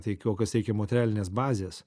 tai kol kas reikia moterialinės bazės